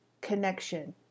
connection